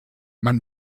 man